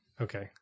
Okay